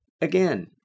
again